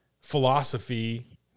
philosophy